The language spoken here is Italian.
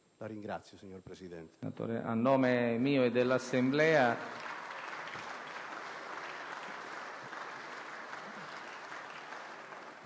La ringrazio, signor Presidente.